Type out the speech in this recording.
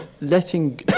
letting